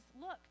look